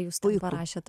jūs parašėt